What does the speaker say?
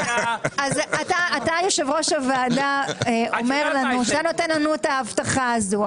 אתה יושב-ראש הוועדה אומר לנו שאתה נותן לנו את ההבטחה הזו.